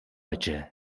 ажээ